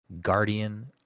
Guardian